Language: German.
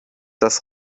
das